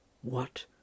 What